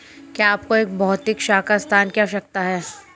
क्या आपको एक भौतिक शाखा स्थान की आवश्यकता है?